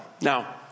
Now